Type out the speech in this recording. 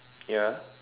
ya